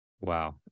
Wow